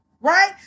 Right